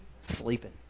Sleeping